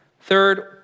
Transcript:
Third